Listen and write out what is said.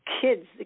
kids